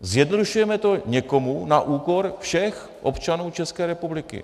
Zjednodušujeme to někomu na úkor všech občanů České republiky.